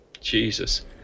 Jesus